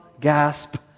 gasp